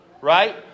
right